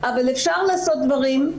אבל אפשר לעשות דברים,